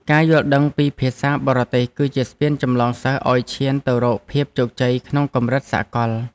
ការយល់ដឹងពីភាសាបរទេសគឺជាស្ពានចម្លងសិស្សឱ្យឈានទៅរកភាពជោគជ័យក្នុងកម្រិតសកល។